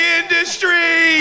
industry